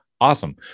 Awesome